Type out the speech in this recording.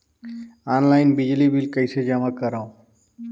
Online बिजली bill कइसे जमा करव?